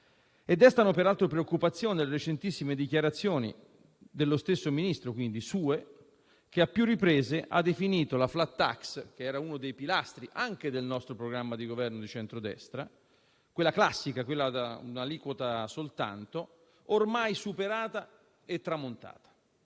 Destano peraltro preoccupazione le recentissime dichiarazioni dello stesso Ministro - le sue - che, a più riprese, ha definito la *flat tax* - uno dei pilastri anche del nostro programma di Governo di centrodestra - quella classica, a una sola aliquota, ormai «superata e tramontata».